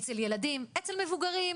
אצל ילדים ואצל מבוגרים.